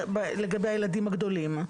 לגבי הילדים הגדולים.